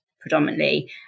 predominantly